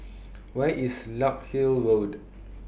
Where IS Larkhill Road